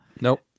nope